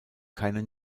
keine